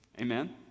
Amen